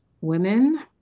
women